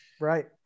Right